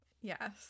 Yes